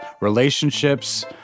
relationships